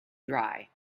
dry